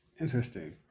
Interesting